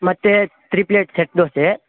ಮತ್ತು three plate set dosa